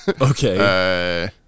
Okay